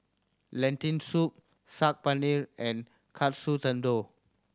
Lentil Soup Saag Paneer and Katsu Tendon